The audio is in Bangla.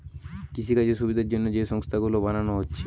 কৃষিকাজের সুবিধার জন্যে যে সংস্থা গুলো বানানা হচ্ছে